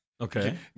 okay